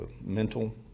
mental